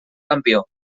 campió